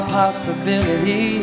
possibility